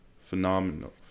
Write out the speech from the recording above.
Phenomenal